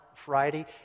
friday